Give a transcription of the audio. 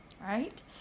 right